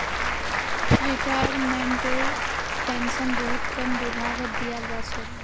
रिटायर्मेन्टटेर pension बहुत कम विभागत दियाल जा छेक